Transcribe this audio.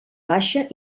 baixa